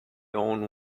own